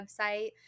website